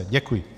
Děkuji.